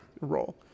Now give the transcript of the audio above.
role